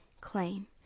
claim